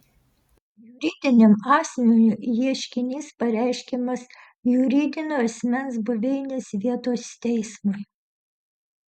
juridiniam asmeniui ieškinys pareiškiamas juridinio asmens buveinės vietos teismui